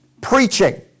preaching